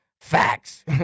Facts